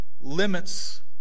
limits